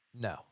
no